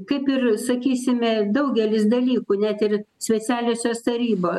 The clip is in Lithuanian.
kaip ir sakysime daugelis dalykų net ir specialiosios tarybo